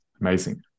Amazing